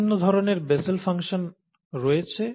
বিভিন্ন ধরণের Bessel function রয়েছে